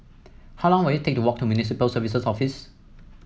how long will it take to walk to Municipal Services Office